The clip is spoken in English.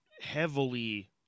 heavily